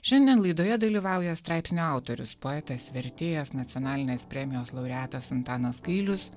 šiandien laidoje dalyvauja straipsnio autorius poetas vertėjas nacionalinės premijos laureatas antanas gailius